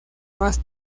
más